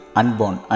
unborn